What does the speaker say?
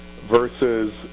Versus